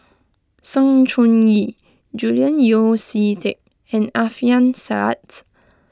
Sng Choon Yee Julian Yeo See Teck and Alfian Sa'At